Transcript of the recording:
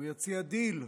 הוא יציע דיל,